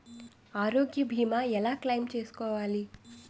ఆరోగ్య భీమా ఎలా క్లైమ్ చేసుకోవాలి?